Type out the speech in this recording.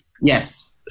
Yes